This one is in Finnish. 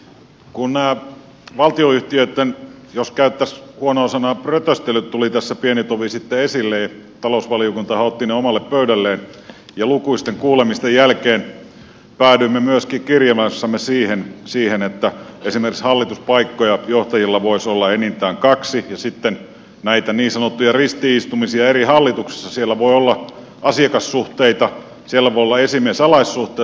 kun nämä valtionyhtiöitten jos käyttäisi huonoa sanaa prötöstelyt tulivat tässä pieni tovi sitten esille niin talousvaliokuntahan otti ne omalle pöydälleen ja lukuisten kuulemisten jälkeen päädyimme myöskin kirjelmässämme siihen että esimerkiksi hallituspaikkoja johtajilla voisi olla enintään kaksi ja sitten on näitä niin sanottuja ristiin istumisia eri hallituksissa siellä voi olla asiakassuhteita siellä voi olla esimies alaissuhteita